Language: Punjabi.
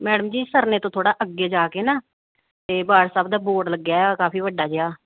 ਮੈਡਮ ਜੀ ਸਰਨੇ ਤੋਂ ਥੋੜ੍ਹਾ ਅੱਗੇ ਜਾ ਕੇ ਨਾ ਤੇ ਬਾਠ ਸਾਹਿਬ ਦਾ ਬੋਰਡ ਲੱਗਿਆ ਕਾਫੀ ਵੱਡਾ ਜਿਹਾ